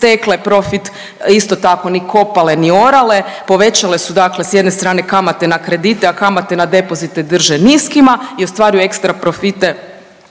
stekle profit isto tako ni kopale, ni orale. Povećale su, dakle sa jedne strane kamate na kredite, a kamate na depozite drže niskima i ostvaruju ekstra profite